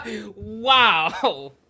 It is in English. Wow